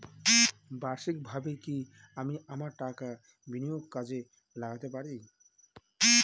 বার্ষিকভাবে কি আমি আমার টাকা বিনিয়োগে কাজে লাগাতে পারি?